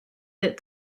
that